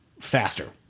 faster